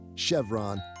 chevron